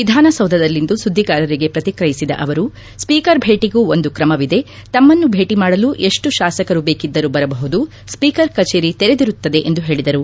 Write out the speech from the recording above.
ವಿಧಾನಸೌಧದಲ್ಲಿಂದು ಸುದ್ದಿಗಾರರಿಗೆ ಪ್ರತಿಕ್ರಿಯಿಸಿದ ಅವರು ಸ್ವೀಕರ್ ಭೇಟಿಗೂ ಒಂದು ಕ್ರಮವಿದೆ ತಮ್ಮನ್ನು ಭೇಟ ಮಾಡಲು ಎಷ್ಟು ಶಾಸಕರು ಬೇಕಿದ್ದರೂ ಬರಬಹುದು ಸ್ವೀಕರ್ ಕಚೇರಿ ತೆರೆದಿರುತ್ತದೆ ಎಂದು ಹೇಳದರು